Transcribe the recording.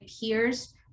peers